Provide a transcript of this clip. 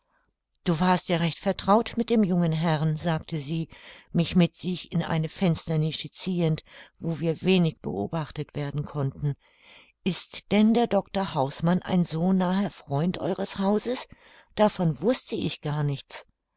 du warst ja recht vertraut mit dem jungen herrn sagte sie mich mit sich in eine fensternische ziehend wo wir wenig beobachtet werden konnten ist denn der dr hausmann ein so naher freund eures hauses davon wußte ich gar nichts